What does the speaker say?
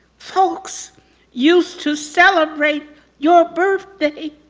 folks used to celebrate your birthday.